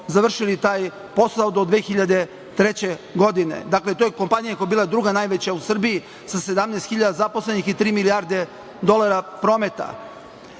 završili taj posao do 2003. godine. Dakle, to je kompanija koja je bila druga najveća u Srbiji sa 17.000 zaposlenih i tri milijarde dolara prometa.